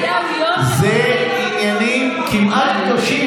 אלה עניינים כמעט קדושים,